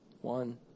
one